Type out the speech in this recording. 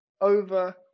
over